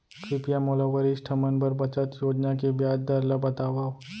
कृपया मोला वरिष्ठ मन बर बचत योजना के ब्याज दर ला बतावव